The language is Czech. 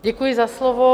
Děkuji za slovo.